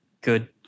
good